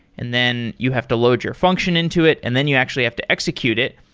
and then you have to load your function into it and then you actually have to execute it.